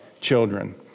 children